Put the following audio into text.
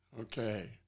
okay